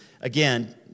again